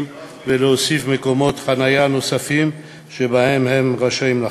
ולהוסיף מקומות חניה שבהם הם רשאים לחנות.